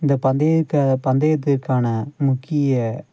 இந்த பந்தயத்தை பந்தயத்திற்கான முக்கிய